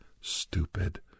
stupid